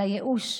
על הייאוש,